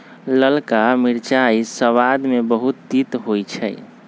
ललका मिरचाइ सबाद में बहुते तित होइ छइ